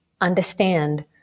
understand